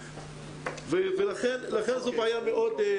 לכן זאת בעיה גדולה.